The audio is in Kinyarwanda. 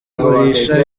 agurisha